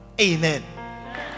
Amen